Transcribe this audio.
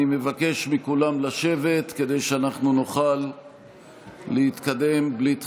אני מבקש מכולם לשבת, כדי שנוכל להתקדם בלי דחיות.